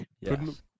Yes